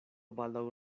baldaŭ